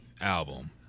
album